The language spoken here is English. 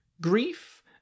grief